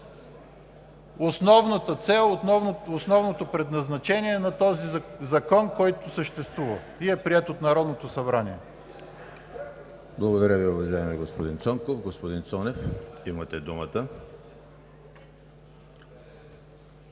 основната цел, основното предназначение на този закон, който съществува и е приет от Народното събрание. ПРЕДСЕДАТЕЛ ЕМИЛ ХРИСТОВ: Благодаря Ви, уважаеми господин Цонков. Господин Цонев, имате думата.